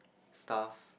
stuff